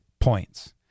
points